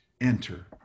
enter